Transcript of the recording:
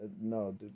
no